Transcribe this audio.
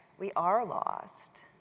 we are lost.